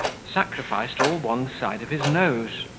sacrificed all one side of his nose.